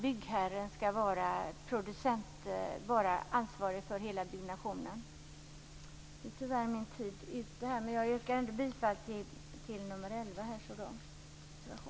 Byggherren skall vara ansvarig för hela byggnationen. Jag yrkar bifall till reservation nr 11.